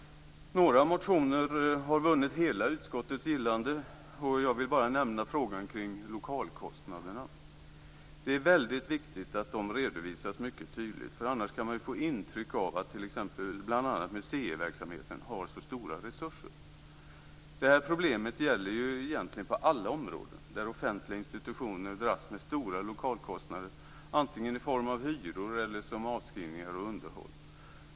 Några motioner har vunnit hela utskottets gillande. Jag vill i det sammanhanget bara nämna frågan om lokalkostnaderna. Det är väldigt viktigt att dessa redovisas mycket tydligt. Annars kan man få intrycket att bl.a. museiverksamheten har mycket stora resurser. Det gäller ett problem som egentligen finns på alla områden där offentliga institutioner dras med stora lokalkostnader, antingen i form av hyror eller i form av avskrivningar och underhåll.